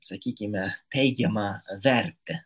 sakykime teigiamą vertę